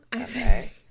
Okay